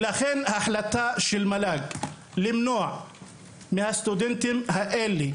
ולכן, החלטה של מל"ג למנוע מהסטודנטים האלה